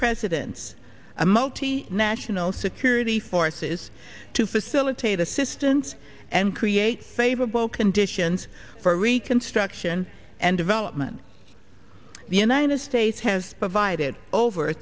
president's a multi national security forces to facilitate assistance and create favorable conditions for reconstruction and development the united states has provided over